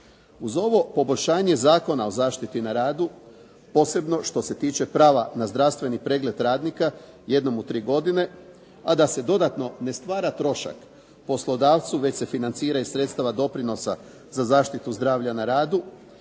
Uz ovo poboljšanje Zakona o zaštiti na radu, posebno što se tiče prava na zdravstveni pregled radnika jednom u tri godine, a da se dodatno ne stvara trošak poslodavcu već se financira iz sredstava doprinosa za zaštitu zdravlja na radu,